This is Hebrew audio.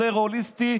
יותר הוליסטי,